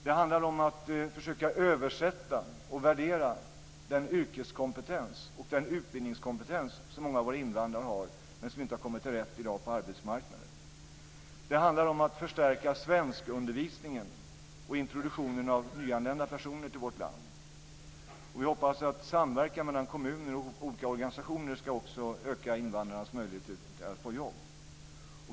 Det handlar om att försöka översätta och värdera den yrkeskompetens och den utbildningskompetens som många av våra invandrare har, men som inte har kommit till sin rätt på arbetsmarknaden i dag. Det handlar om att förstärka svenskundervisningen och introduktionen av nyanlända personer i vårt land. Vi hoppas att samverkan mellan kommuner och olika organisationer också ska öka invandrarnas möjligheter att få jobb.